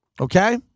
Okay